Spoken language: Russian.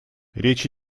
речь